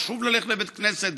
ושוב ללכת לבית כנסת,